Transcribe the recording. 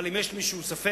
אבל אם יש למישהו ספק,